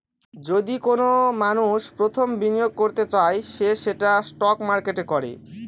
যদি কোনো মানষ প্রথম বিনিয়োগ করতে চায় সে সেটা স্টক মার্কেটে করে